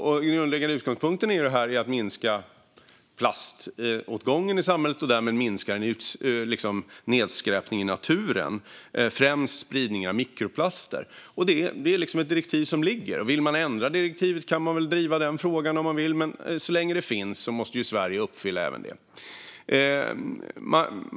Den grundläggande utgångspunkten i detta är väl alltså att minska plaståtgången i samhället och därmed minska nedskräpningen i naturen - främst spridningen av mikroplaster. Det är ett direktiv som ligger. Vill man ändra direktivet kan man driva den frågan om man vill, men så länge direktivet finns måste ju Sverige uppfylla det.